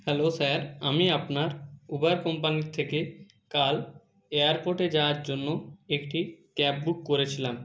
hello sir আমি আপনার Uber কোম্পানির থেকে কাল এয়ারপোর্টে যাওয়ার জন্য একটি ক্যাব বুক করেছিলাম